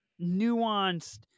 nuanced